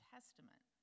Testament